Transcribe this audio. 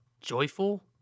Joyful